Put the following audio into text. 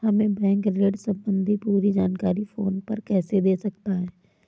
हमें बैंक ऋण संबंधी पूरी जानकारी फोन पर कैसे दे सकता है?